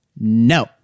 No